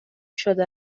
شده